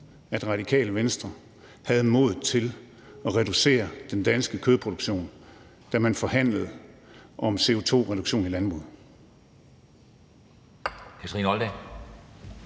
at Radikale Venstre havde modet til at reducere den danske kødproduktion, da man forhandlede om CO2-reduktion i landbruget.